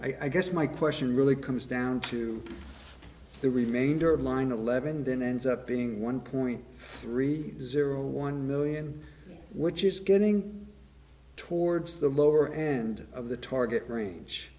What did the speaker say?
i guess my question really comes down to the remainder of line eleven then ends up being one point three zero one million which is getting towards the lower end of the target range